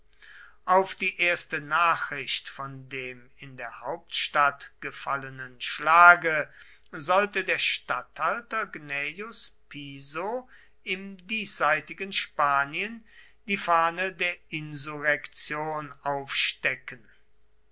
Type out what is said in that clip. auf die erste nachricht von dem in der hauptstadt gefallenen schlage sollte der statthalter gnaeus piso im diesseitigen spanien die fahne der insurrektion aufstecken